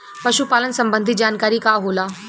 पशु पालन संबंधी जानकारी का होला?